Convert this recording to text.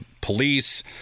police